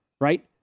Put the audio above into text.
Right